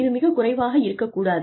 இது மிக குறைவாக இருக்கக் கூடாது